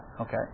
Okay